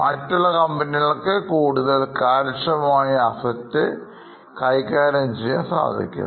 മറ്റുള്ള കമ്പനികൾക്ക് കൂടുതൽ കാര്യക്ഷമമായി asset കൈകാര്യം ചെയ്യാൻ സാധിക്കുന്നു